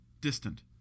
distant